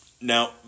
Now